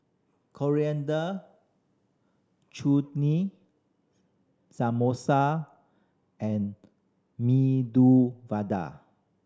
Coriander Samosa and Medu Vada